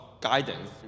guidance